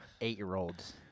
eight-year-olds